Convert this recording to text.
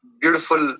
beautiful